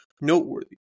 noteworthy